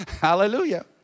Hallelujah